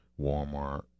Walmart